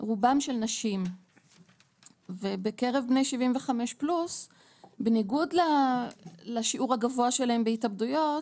רובם של נשים ובקרב בני 75+ בניגוד לשיעור הגבוה שלהם בהתאבדויות,